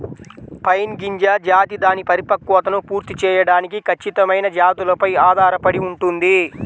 pine గింజ జాతి దాని పరిపక్వతను పూర్తి చేయడానికి ఖచ్చితమైన జాతులపై ఆధారపడి ఉంటుంది